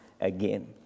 again